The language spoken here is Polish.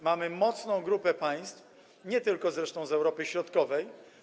Mamy mocną grupę państw, nie tylko zresztą z Europy Środkowej.